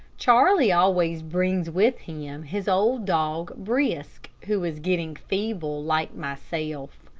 charlie always brings with him his old dog brisk, who is getting feeble, like myself.